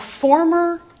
former